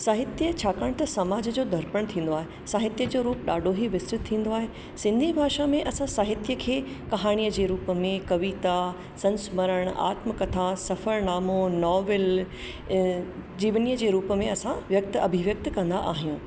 साहित्य छाकाणि त समाज जो दर्पण थींदो आहे साहित्य जो रूप ॾाढो ई विस्तृत थींदो आहे सिंधी भाषा में असां साहित्य खे कहाणीअ जे रूप में कविता संस्मरण आत्मकथा सफ़रनामो नॉवल जीवनीअ जे रूप में असां व्यक्त अभिव्यक्त कंदा आहियूं